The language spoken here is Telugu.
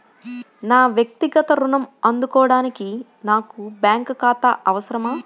నా వక్తిగత ఋణం అందుకోడానికి నాకు బ్యాంక్ ఖాతా అవసరమా?